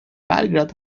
belgrad